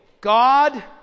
God